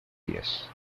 diez